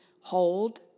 hold